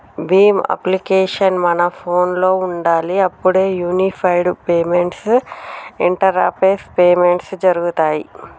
Bhim application మన ఫోనులో ఉండాలి అప్పుడే యూనిఫైడ్ పేమెంట్స్ ఇంటరపేస్ పేమెంట్స్ జరుగుతాయ్